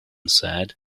said